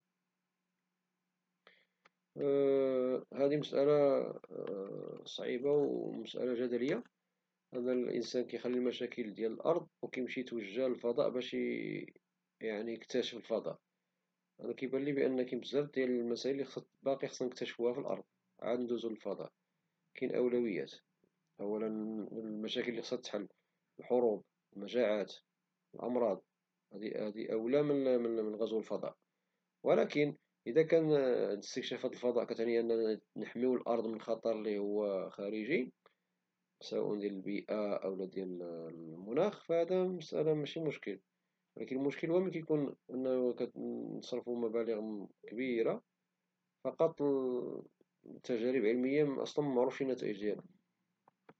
هذه مسألة صعيبة ومسألة جدلية ، الانسان كيخلي المشاكل ديال الأرض وكيتوجه للفضاء، أنا كيبالي باقي بزاف ديال المسائل لي خصنا نكتاشفوها في الأرض عاد ندوزو للفضاء ، كاين أولويات أولا المشاكل لي خصها تحل الحروب والمجاعات والأمراض فهذه أولى من غزو الفضاء ولكن إذا كان الاستكشافات د الفضاء كتعني أنه نحميو الأرض من خطر لي هو خارجي ، سواء ديال البيئة أو المناخ فماشي مشكل ، المشكل هو نصرفو مبالغ كبيرة على تجارب علمية أصلا ممعروفش النتائج ديالها.